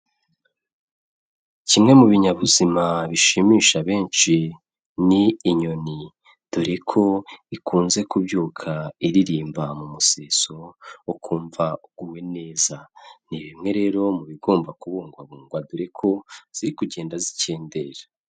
Kimwe mu binyabuzima bishimisha benshi ni inyoni, dore ko ikunze kubyuka iririmba mu museso kumva uguwe neza. Ni bimwe rero mu bigomba kubungwabungwa, dore ko ziri kugenda zikendera.